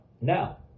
now